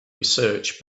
research